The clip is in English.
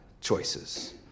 choices